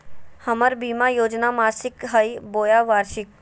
हमर बीमा योजना मासिक हई बोया वार्षिक?